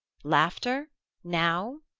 laughter now!